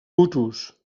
hutus